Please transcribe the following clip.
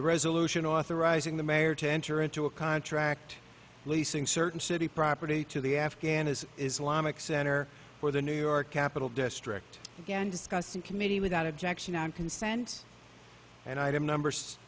resolution authorizing the mayor to enter into a contract leasing certain city property to the afghan is islamic center or the new york capital district again discussed in committee without objection and consent and item number